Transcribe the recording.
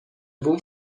بوم